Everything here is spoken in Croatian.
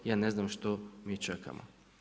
Ja ne znam što mi čekamo.